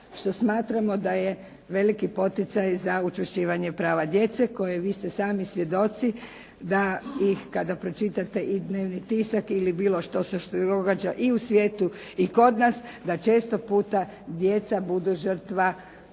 što smatramo da je veliki poticaj za učvršćivanje prava djece koje vi ste sami svjedoci da ih kada pročitate i dnevni tisak ili bilo što se događa i u svijetu i kod nas da često puta djeca budu žrtva rastave